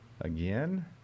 again